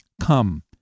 Come